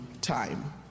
time